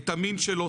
את המין שלו,